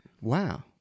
wow